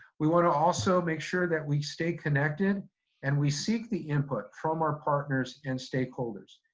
we want to also make sure that we stay connected and we seek the input from our partners and stakeholders.